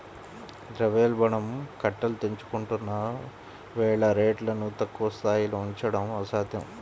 ద్రవ్యోల్బణం కట్టలు తెంచుకుంటున్న వేళ రేట్లను తక్కువ స్థాయిలో ఉంచడం అసాధ్యం